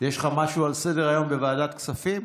יש לך משהו על סדר-היום בוועדת כספים?